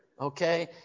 okay